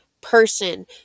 person